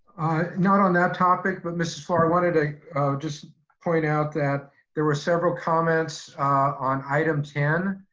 not on that topic. but mrs. fluor i wanted to just point out that there were several comments on item ten.